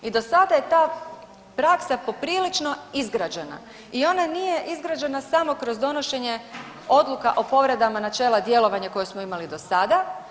I do sada je ta praksa poprilično izgrađena i ona nije izgrađena samo kroz donošenje odluka o povredama načela djelovanja koje smo imali do sada.